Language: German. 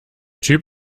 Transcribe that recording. typ